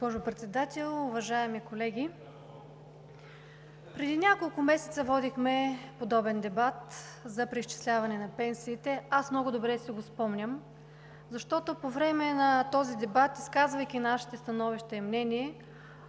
Уважаема госпожо Председател, уважаеми колеги! Преди няколко месеца водихме подобен дебат за преизчисляване на пенсиите. Аз много добре си го спомням, защото по време на този дебат, изказвайки нашите становища и мнение,